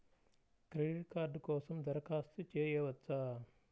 Credit card కోసం దరఖాస్తు చేయవచ్చా?